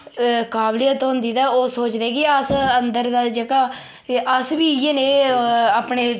काबिलियत होंदी ते ओह् सोचदे अंदर दा जेह्का अस बी इ'यां ने अपने